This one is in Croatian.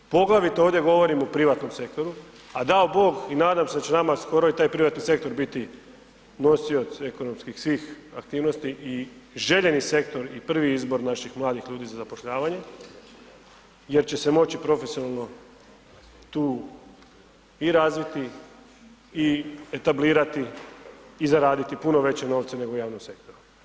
Poglavito ovdje govorim o privatnom sektoru, a dao Bog i nadam se da će nama skoro i taj privatni sektor biti nosioc ekonomskih svih aktivnosti i željeni sektor i prvi izbor naših mladih ljudi za zapošljavanje jer će se moći profesionalno tu i razviti i etablirati i zaraditi puno veće novce nego u javnom sektoru.